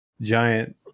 Giant